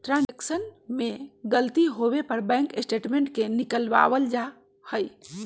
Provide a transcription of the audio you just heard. transaction में गलती होवे पर बैंक स्टेटमेंट के निकलवावल जा हई